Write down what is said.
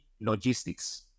logistics